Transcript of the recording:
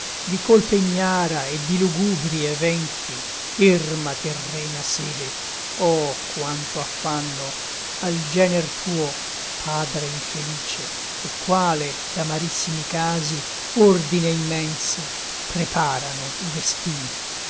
di colpe ignara e di lugubri eventi erma terrena sede oh quanto affanno al gener tuo padre infelice e quale d'amarissimi casi ordine immenso preparano i destini